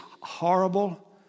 horrible